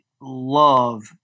love